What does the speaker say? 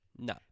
No